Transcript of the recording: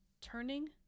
Turning